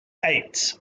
eight